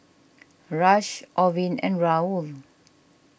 Rush Orvin and Raul